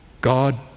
God